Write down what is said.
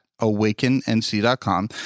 awakennc.com